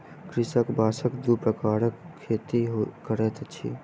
कृषक बांसक दू प्रकारक खेती करैत अछि